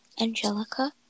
Angelica